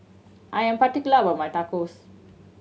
I am particular about my Tacos